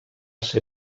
ser